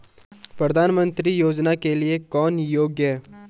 प्रधानमंत्री योजना के लिए कौन योग्य है?